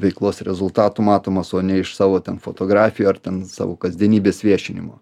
veiklos rezultatų matomas o ne iš savo ten fotografijų ar ten savo kasdienybės viešinimo